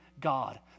God